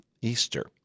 Easter